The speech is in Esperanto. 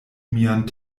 mian